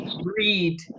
read